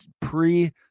pre